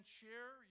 share